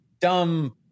dumb